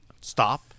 Stop